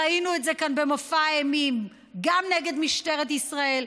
ראינו את זה כאן במופע האימים גם נגד משטרת ישראל,